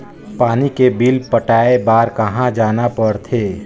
पानी के बिल पटाय बार कहा जाना पड़थे?